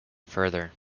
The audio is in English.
further